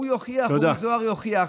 הוא יוכיח, אורי זוהר יוכיח.